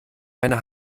meine